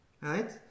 right